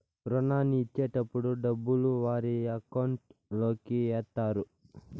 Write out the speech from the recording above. రుణాన్ని ఇచ్చేటటప్పుడు డబ్బులు వారి అకౌంట్ లోకి ఎత్తారు